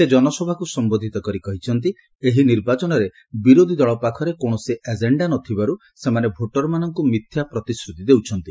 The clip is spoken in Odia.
ସେ ଜନସଭାକୁ ସମ୍ବୋଧିତ କରି କହିଛନ୍ତି ଏହି ନିର୍ବାଚନରେ ବିରୋଧୀ ଦଳ ପାଖରେ କୌଣସି ଏଜେଣ୍ଡା ନ ଥିବାରୁ ସେମାନେ ଭୋଟର୍ମାନଙ୍କୁ ମିଥ୍ୟା ପ୍ରତିଶ୍ରତି ଦେଉଛନ୍ତି